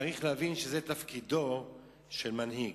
צריך להבין שזה תפקידו של מנהיג.